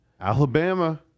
Alabama